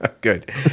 Good